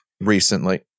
recently